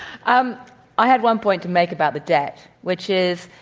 um i had one point to make about the debt, which is,